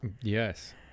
Yes